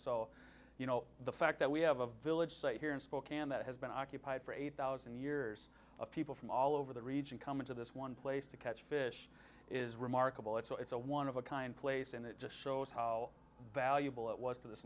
so you know the fact that we have a village site here in spokane that has been occupied for eight thousand years of people from all over the region come into this one place to catch fish is remarkable it's a one of a kind place and it just shows how valuable it was to this